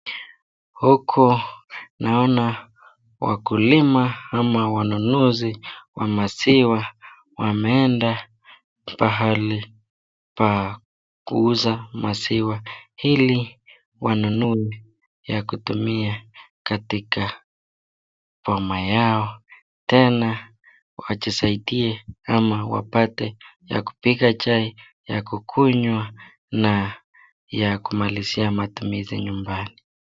Huku naona wakulima wanunusi wa maziwa wameenda pahali pa kuuza maziwa hili wanunue hili watumie katika boma yao tena wajisaidie ama wapate wa kupika chai , ya kukunywabna ya kumalizia matumishi nyumba.